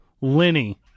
Lenny